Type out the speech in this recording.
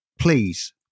Please